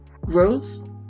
growth